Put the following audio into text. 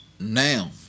now